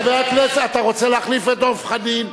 חבר הכנסת, אתה רוצה להחליף את דב חנין?